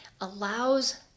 allows